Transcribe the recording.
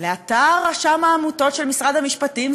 לאתר רשם העמותות של משרד המשפטים,